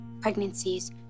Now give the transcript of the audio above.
Pregnancies